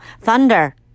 thunder